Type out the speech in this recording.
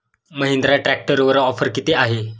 महिंद्रा ट्रॅक्टरवर ऑफर किती आहे?